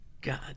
god